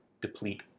deplete